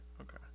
okay